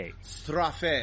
Strafe